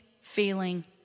feeling